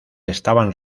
estaban